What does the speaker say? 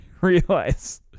realize